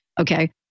Okay